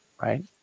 right